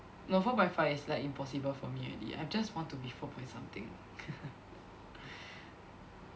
no four point five is like impossible for me already I just want to be four point something